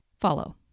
follow